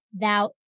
thou